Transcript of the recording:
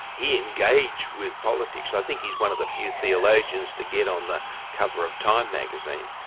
he engaged with politics. i think he's one of the few theologians to get on the cover of time magazine.